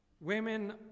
women